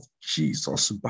jesus